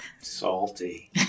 Salty